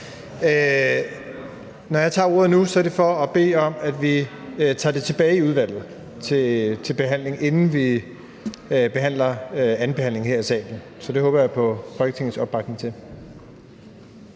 Når jeg tager ordet nu, er det for at bede om, at vi tager det tilbage i udvalget til behandling, inden vi har andenbehandlingen her i salen. Så det håber jeg på Folketingets opbakning til.